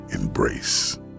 embrace